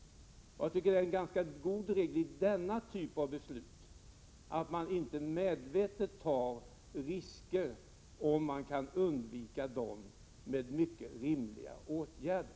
Jag tycker det är en ganska god regel för denna typ av beslut att man inte medvetet tar risker om man kan undvika dem med mycket rimliga åtgärder.